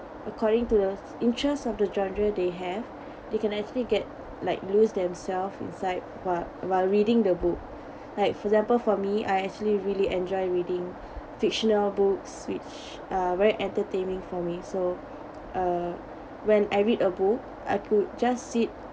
according to the interests of the genre they have they can actually get like lose themselves inside while while reading the book like for example for me I actually really enjoy reading fictional books which are very entertaining for me so uh when I read a book I could just sit